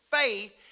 Faith